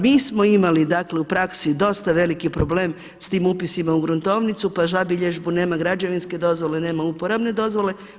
Mi smo imali dakle u praksi dosta veliki problem s tim upisima u gruntovnicu pa zabilježbu nema građevinske dozvole, nema uporabne dozvole.